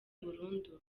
burundu